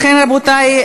רבותי,